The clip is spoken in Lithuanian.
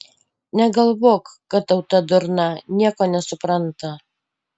negalvok kad tauta durna nieko nesupranta